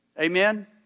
Amen